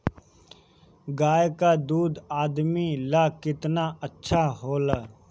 गाय का दूध आदमी ला कितना अच्छा होला?